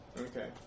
Okay